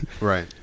right